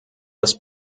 das